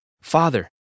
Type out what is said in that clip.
Father